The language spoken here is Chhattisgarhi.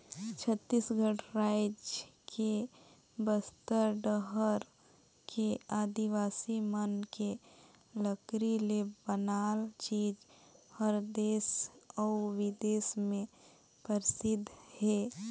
छत्तीसगढ़ रायज के बस्तर डहर के आदिवासी मन के लकरी ले बनाल चीज हर देस अउ बिदेस में परसिद्ध हे